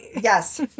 Yes